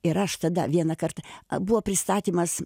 ir aš tada vieną kartą a buvo pristatymas